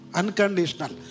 unconditional